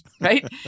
right